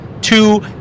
two